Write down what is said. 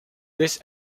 this